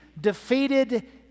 defeated